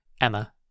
Emma